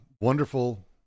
wonderful